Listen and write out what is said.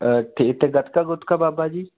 ਠੀਕ ਹੈ ਗਤਕਾ ਗੁਤਕਾ ਬਾਬਾ ਜੀ